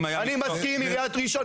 הם עושים מה שבא